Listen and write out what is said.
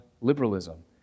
liberalism